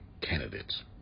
candidates